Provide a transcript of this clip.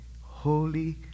holy